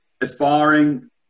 aspiring